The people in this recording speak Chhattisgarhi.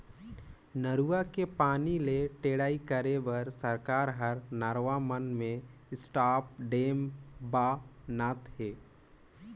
नरूवा के पानी ले टेड़ई करे बर सरकार हर नरवा मन में स्टॉप डेम ब नात हे